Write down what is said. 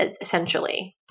essentially